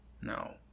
No